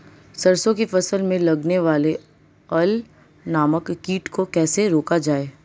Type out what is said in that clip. सरसों की फसल में लगने वाले अल नामक कीट को कैसे रोका जाए?